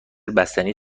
بستنی